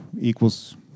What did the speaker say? equals